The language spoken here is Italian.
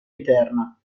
interna